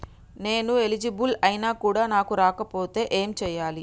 నేను ఎలిజిబుల్ ఐనా కూడా నాకు రాకపోతే ఏం చేయాలి?